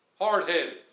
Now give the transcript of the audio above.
hard-headed